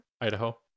Idaho